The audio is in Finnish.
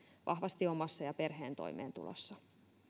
vahvasti omassa ja perheen toimeentulossa